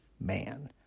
Man